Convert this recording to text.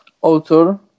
author